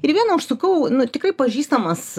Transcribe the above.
ir vieną užsukau nu tikrai pažįstamas